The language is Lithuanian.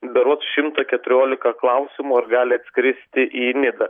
berods šimtą keturiolika klausimų ar gali atskristi į nidą